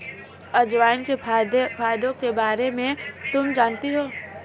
अजवाइन के फायदों के बारे में तुम जानती हो?